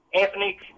Anthony